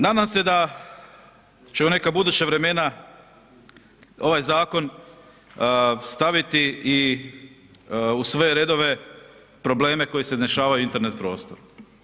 Nadam se da će u neka buduća vremena ovaj zakon staviti u svoje redove probleme koji se dešavaju u internet prostoru.